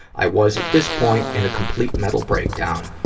i was, at this point, in a complete mental breakdown.